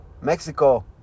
Mexico